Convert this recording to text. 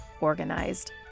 organized